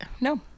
No